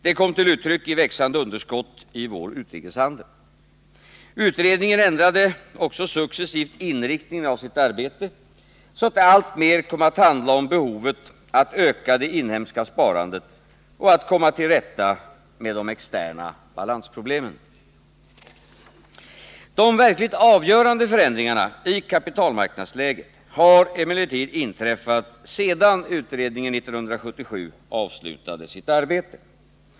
Det kom till uttryck i växande underskott i vår utrikeshandel. Utredningen ändrade också successivt inriktningen av sitt arbete, så att det alltmer kom att handla om behovet att öka det inhemska sparandet och komma till rätta med de externa balansproblemen. De verkligt avgörande förändringarna i kapitalmarknadsläget har emellertid inträffat sedan utredningen 1977 avslutade sitt arbete.